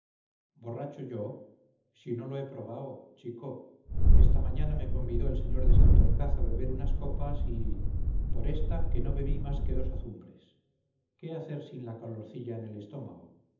borracho yo si no lo he probao chico esta mañana me convidó el sr de santorcaz a beber unas copas y por esta que no bebí más que dos azumbres qué hacer sin la calorcilla en el estómago